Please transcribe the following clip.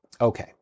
Okay